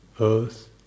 earth